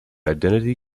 identity